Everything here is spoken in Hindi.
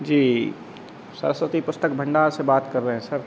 जी सरस्वती पुस्तक भंडार से बात कर रहे हैं सर